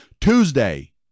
Tuesday